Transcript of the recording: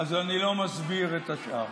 אז אני לא מסביר את השאר.